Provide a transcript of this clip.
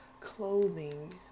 clothing